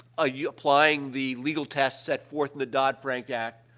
ah, yeah applying the legal tests set forth in the dodd-frank act,